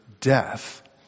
death